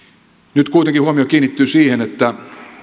nyt kuitenkin huomio kiinnittyy siihen että